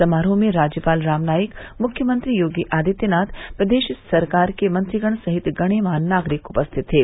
समारोह में राज्यपाल राम नाईक मुख्यमंत्री योगी आदित्यनाथ प्रदेश सरकार के मंत्रिगण सहित गणमान्य नागरिक उपस्थित थे